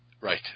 right